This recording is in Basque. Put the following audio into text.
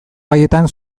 gaietan